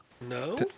No